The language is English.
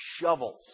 shovels